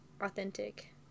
authentic